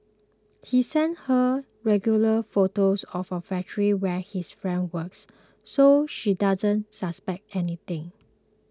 he sends her regular photos of a factory where his friend works so she doesn't suspect anything